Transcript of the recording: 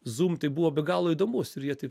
zum tai buvo be galo įdomus ir jie taip